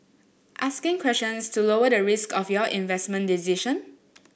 asking questions to lower the risk of your investment decision